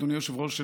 אדוני היושב-ראש,